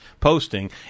posting